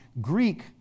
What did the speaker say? Greek